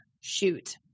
Shoot